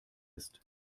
ist